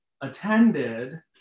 attended